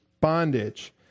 bondage